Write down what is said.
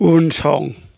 उनसं